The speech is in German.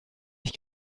ich